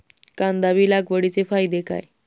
कांदा बी लागवडीचे फायदे काय?